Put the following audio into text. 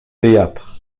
théâtre